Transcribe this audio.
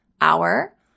hour